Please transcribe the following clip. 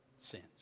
sins